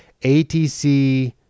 ATC